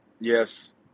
yes